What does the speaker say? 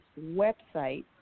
website